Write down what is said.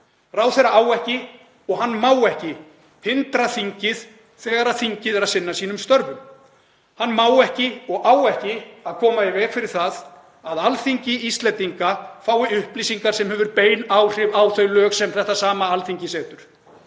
Ráðherra á ekki og má ekki hindra þingið þegar þingið er að sinna störfum sínum. Hann má ekki og á ekki að koma í veg fyrir það að Alþingi Íslendinga fái upplýsingar sem hafa bein áhrif á þau lög sem það sama Alþingi setur.